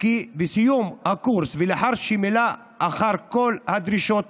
כי בסיום הקורס ולאחר שימלא אחר כל הדרישות